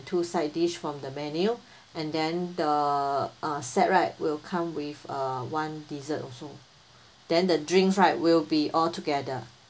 two side dish from the menu and then the uh set right will come with uh one dessert also then the drinks right will be all together